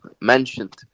mentioned